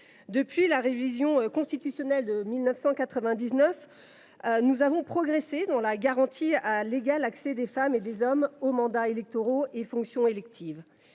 Depuis la révision constitutionnelle de 1999, nous avons progressé dans la garantie de l’égal accès des femmes et des hommes aux mandats électoraux et fonctions électives.